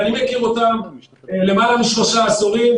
ואני מכיר אותם למעלה משלושה עשורים,